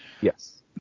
Yes